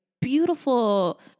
beautiful